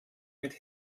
mit